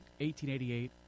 1888